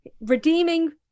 redeeming